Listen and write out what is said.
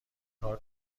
کار